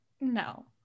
No